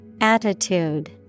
Attitude